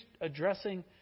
addressing